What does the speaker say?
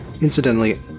Incidentally